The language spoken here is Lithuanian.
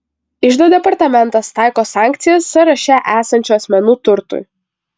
iždo departamentas taiko sankcijas sąraše esančių asmenų turtui